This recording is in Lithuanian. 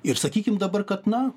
ir sakykim dabar kad na